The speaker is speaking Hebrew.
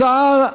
הצעת אי-אמון: